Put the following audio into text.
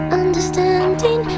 understanding